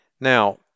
Now